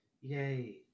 Yay